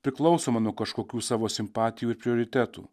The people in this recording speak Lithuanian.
priklausoma nuo kažkokių savo simpatijų ir prioritetų